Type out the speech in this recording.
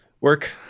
work